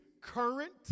current